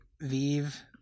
Vive